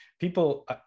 people